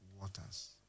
waters